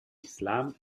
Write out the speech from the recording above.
islam